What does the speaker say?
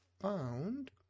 found